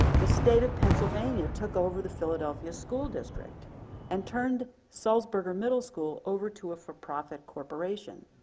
the state of pennsylvania took over the philadelphia school district and turned salzburger middle school over to a for-profit corporation.